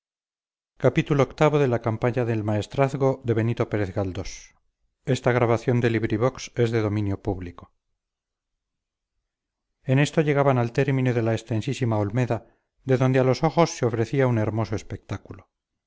en esto llegaban al término de la extensísima olmeda de donde a los ojos se ofrecía un hermoso espectáculo